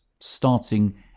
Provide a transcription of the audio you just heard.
starting